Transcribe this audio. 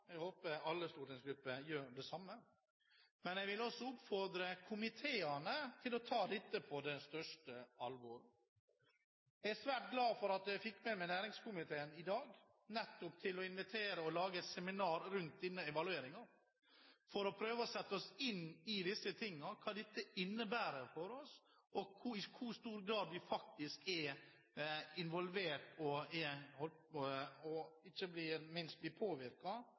Jeg håper alle stortingsgrupper gjør det samme, men jeg vil også oppfordre komiteene til å ta dette på største alvor. Jeg er svært glad for at jeg fikk med meg næringskomiteen i dag til å invitere til å lage et seminar om denne evalueringen for å prøve å sette seg inn i disse tingene og hva dette innebærer for oss, og i hvor stor grad vi er involvert i og